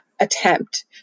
attempt